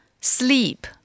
sleep